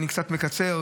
אני קצת מקצר,